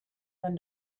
than